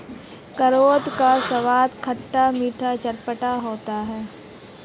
करौंदा का स्वाद खट्टा मीठा चटपटा होता है